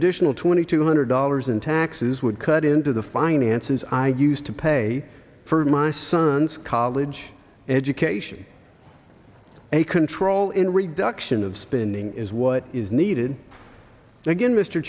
additional twenty two hundred dollars in taxes would cut into the finances i used to pay for my son's college education a control in reduction of spending is what is needed again mr